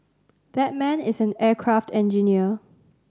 that man is an aircraft engineer